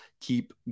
keep